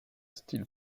styles